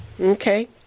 Okay